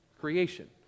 creation